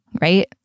right